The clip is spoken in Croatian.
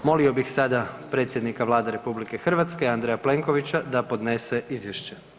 Molio bih sada predsjednika Vlade RH, Andreja Plenkovića da podnese izvješće.